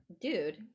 Dude